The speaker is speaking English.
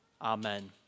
Amen